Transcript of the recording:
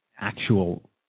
actual